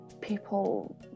people